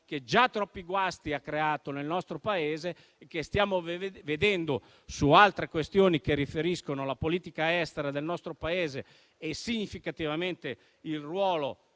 che già troppi guasti ha creato nel nostro Paese e che - come stiamo vedendo - su altre questioni che afferiscono alla politica estera e, significativamente, al ruolo